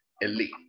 elite